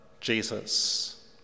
Jesus